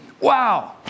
Wow